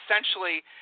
essentially